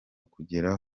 kugera